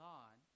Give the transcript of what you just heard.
God